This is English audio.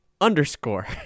underscore